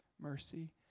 mercy